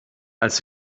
als